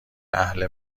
اهل